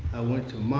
i went to